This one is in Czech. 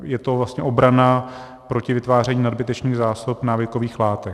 Je to vlastně obrana proti vytváření nadbytečných zásob návykových látek.